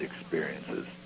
experiences